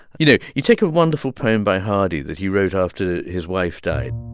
you know, you take a wonderful poem by hardy that he wrote after his wife died